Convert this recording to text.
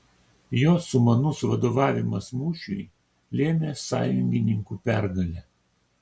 jo sumanus vadovavimas mūšiui lėmė sąjungininkų pergalę